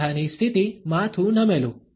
માથાની સ્થિતિ માથું નમેલું